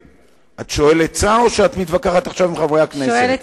את שואלת שר או את מתווכחת עכשיו עם חברי הכנסת?